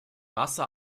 masse